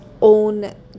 own